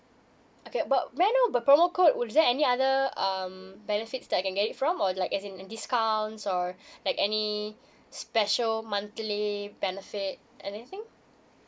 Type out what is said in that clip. okay but may I know the promo code would there any other um benefits that I can get it from or like as in discounts or like any special monthly benefit anything